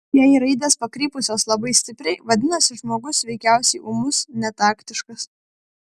jei raidės pakrypusios labai stipriai vadinasi žmogus veikiausiai ūmus netaktiškas